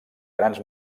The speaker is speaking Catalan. grans